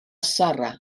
sara